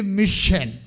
mission